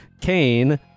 Kane